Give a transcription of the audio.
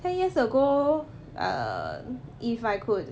ten years ago err if I could